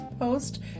post